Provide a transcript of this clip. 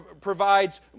provides